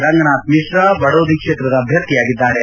ರಂಗನಾಥ್ ಮಿಶ್ರ ಬಡೋದಿ ಕ್ಷೇತ್ರದ ಅಭ್ಯರ್ಥಿಯಾಗಿದ್ದಾರೆ